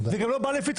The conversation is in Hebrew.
זה גם לא בא לפתחנו.